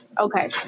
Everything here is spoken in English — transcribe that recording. okay